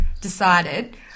decided